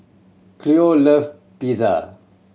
Cleo love Pizza